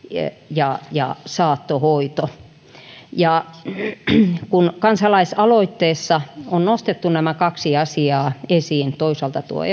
ja ja saattohoito kun kansalaisaloitteessa on nostettu nämä kaksi asiaa esiin toisaalta tuo